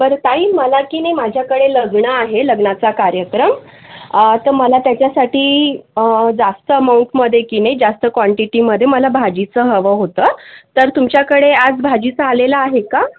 बरं ताई मला की नाही माझ्याकडे लग्न आहे लग्नाचा कार्यक्रम तर मला त्याच्यासाठी जास्त अमाऊंटमध्ये की नाही जास्त क्वांटिटीमध्ये मला भाजीचं हवं होतं तर तुमच्याकडे आज भाजीचं आलेलं आहे का